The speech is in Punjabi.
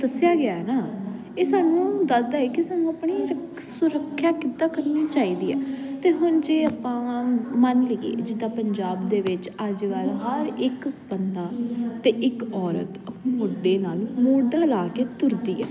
ਦੱਸਿਆ ਗਿਆ ਨਾ ਇਹ ਸਾਨੂੰ ਦੱਸਦਾ ਕੀ ਸਾਨੂੰ ਆਪਣੀ ਸੁਰੱਖਿਆ ਕਿੱਦਾਂ ਕਰਨੀ ਚਾਹੀਦੀ ਹੈ ਤੇ ਹੁਣ ਜੇ ਆਪਾਂ ਮੰਨ ਲਈਏ ਜਿੱਦਾਂ ਪੰਜਾਬ ਦੇ ਵਿੱਚ ਅੱਜ ਕੱਲ ਹਰ ਇੱਕ ਬੰਦਾ ਤੇ ਇੱਕ ਔਰਤ ਆਪਣੇ ਮੋਢੇ ਨਾਲ ਮੋਢਾ ਲਾ ਕੇ ਤੁਰਦੀ ਐ